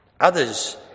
Others